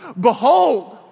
behold